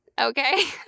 Okay